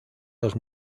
los